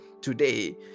today